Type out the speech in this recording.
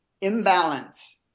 imbalance